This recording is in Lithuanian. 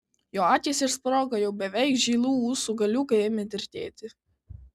jo akys išsprogo jau beveik žilų ūsų galiukai ėmė tirtėti